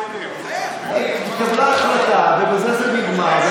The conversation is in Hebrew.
התקבלה החלטה ובזה זה נגמר.